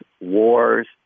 wars